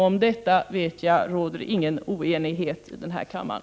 Om detta, vet jag, råder ingen oenighet här i kammaren.